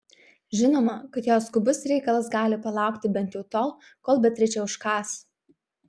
žinoma kad jos skubus reikalas gali palaukti bent jau tol kol beatričė užkąs